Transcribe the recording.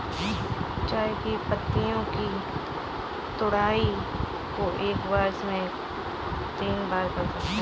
चाय की पत्तियों की तुड़ाई को एक वर्ष में तीन बार कर सकते है